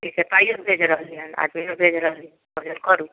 ठीक हइ पाइओ भेजि रहलिए हँ आदमिओ भेजि रहलिए हँ ओजन करू